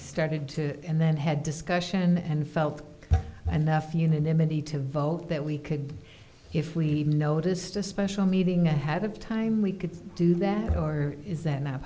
started to and then had discussion and felt and nuff unanimity to vote that we could if we noticed a special meeting ahead of time we could do that or is that not